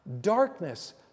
darkness